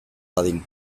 dadin